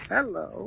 Hello